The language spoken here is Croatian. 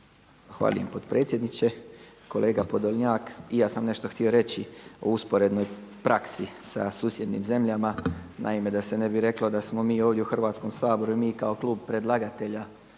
Hvala lijepo predsjedniče. Kolega Podolnjak i ja sam nešto htio reći o usporednoj praksi sa susjednim zemljama. Naime, da se ne bi reklo da smo mi ovdje u Hrvatskom saboru i mi kao klub predlagatelja